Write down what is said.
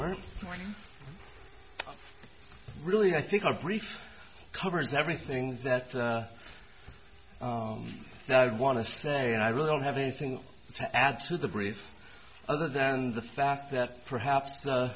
morning really i think our brief covers everything that i would want to say and i really don't have anything to add to the breeze other than the fact that perhaps